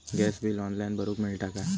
Gas bill online भरुक मिळता काय?